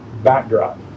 backdrop